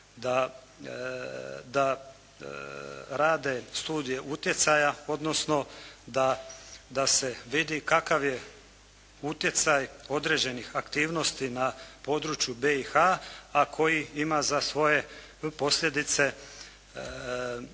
da rade studije utjecaja, odnosno da se vidi kakav je utjecaj određenih aktivnosti na području BiH, a koji ima za svoje posljedice u